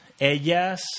Ellas